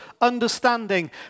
understanding